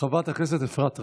חברת הכנסת אפרת רייטן.